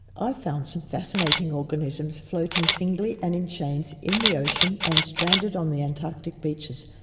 i found some fascinating organisms floating singly and in chains in the ocean and stranded on the antarctic beaches,